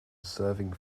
serving